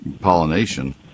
pollination